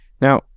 Now